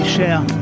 Share